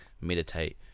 meditate